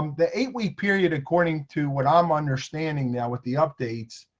um the eight-week period according to what i'm understanding now, with the updates,